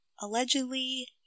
allegedly